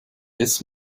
jetzt